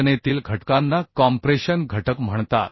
रचनेतील घटकांना कॉम्प्रेशन घटक म्हणतात